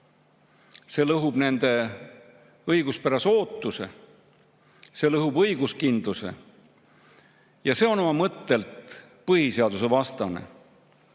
see lõhub nende õiguspärase ootuse, see lõhub õiguskindluse ja see on oma mõttelt põhiseadusvastane.